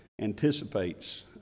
anticipates